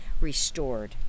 restored